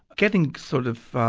getting sort of